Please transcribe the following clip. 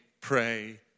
pray